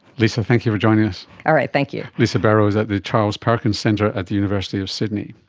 lisa, thank you for joining us. all right, thank you. lisa bero is at the charles perkins centre at the university of sydney.